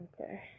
Okay